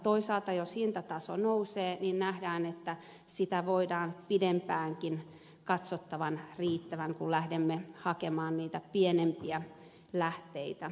toisaalta jos hintataso nousee niin nähdään sen voidaan katsoa pidempäänkin riittävän kun lähdemme hakemaan niitä pienempiä lähteitä